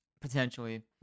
Potentially